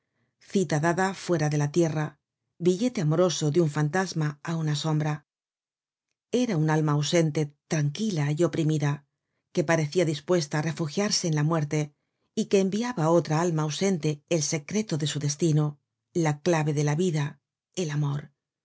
dada fuera de la tierra billete amoroso de un fantasma á una sombra era una alma ausente tranquila y oprimida que parecia dispuesta á refugiarse en la muerte y que enviaba á otra alma ausente el secreto de su destino la clave de la vida el amor